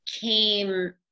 came